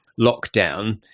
lockdown